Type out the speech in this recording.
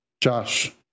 Josh